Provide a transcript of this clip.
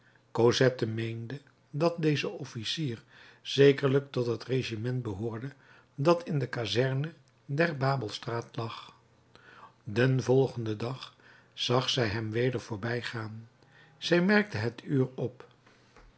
cosette meende dat deze officier zekerlijk tot het regiment behoorde dat in de kazerne der babelstraat lag den volgenden dag zag zij hem weder voorbijgaan zij merkte het uur op